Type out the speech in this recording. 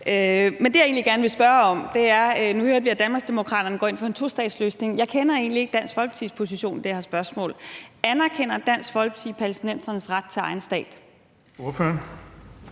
mig. Det, jeg egentlig gerne vil spørge om, er: Nu hørte vi, at Danmarksdemokraterne går ind for en tostatsløsning. Jeg kender egentlig ikke Dansk Folkepartis position i det her spørgsmål. Anerkender Dansk Folkeparti palæstinensernes ret til egen stat? Kl.